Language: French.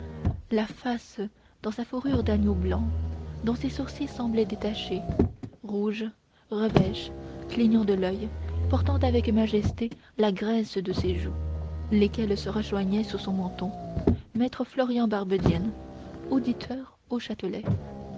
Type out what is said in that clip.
la face dans sa fourrure d'agneau blanc dont ses sourcils semblaient détachés rouge revêche clignant de l'oeil portant avec majesté la graisse de ses joues lesquelles se rejoignaient sous son menton maître florian barbedienne auditeur au châtelet